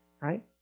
right